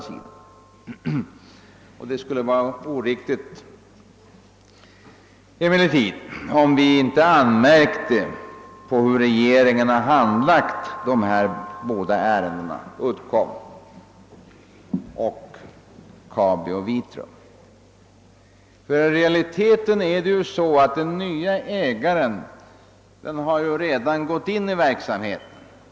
Det vore emellertid oriktigt om vi inte anmärkte på hur regeringen handlagt dessa ärenden, Uddcomb, Kabi och Vitrum, ty i realiteten har ju den nye ägaren redan börjat verksamheten.